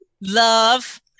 love